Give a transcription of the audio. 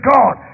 God